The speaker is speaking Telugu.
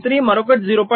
3 మరొకటి 0